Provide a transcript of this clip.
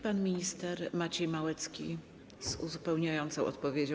Pan minister Maciej Małecki z uzupełniającą odpowiedzią.